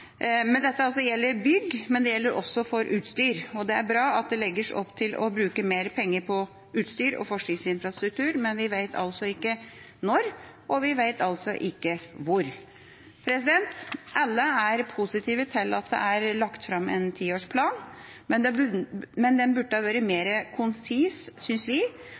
men det gjelder også utstyr, og det er bra at det legges opp til å bruke mer penger på utstyr og forskningsinfrastruktur, men vi vet altså ikke når, og vi vet altså ikke hvor. Alle er positive til at det er lagt fram en tiårsplan, men den burde ha vært mer konsis, syns vi.